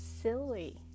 silly